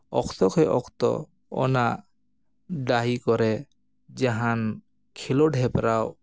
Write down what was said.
ᱚᱠᱛᱚ ᱠᱮ ᱚᱠᱛᱚ ᱚᱱᱟ ᱰᱟᱹᱦᱤ ᱠᱚᱨᱮ ᱡᱟᱦᱟᱱ ᱠᱷᱮᱞᱳᱰ ᱦᱮᱯᱨᱟᱣ